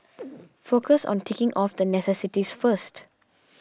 focus on ticking off the necessities first